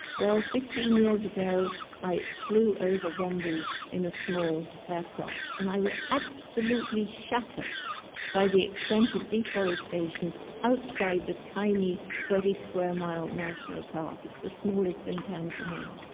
well, fifteen years ago i flew over gombe in a small aircraft and i was absolutely shattered by the extent of deforestation outside the tiny thirty square-mile national park. it's the smallest in tanzania.